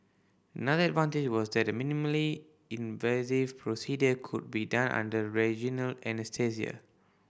another advantage was that the minimally invasive procedure could be done under regional anaesthesia